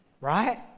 Right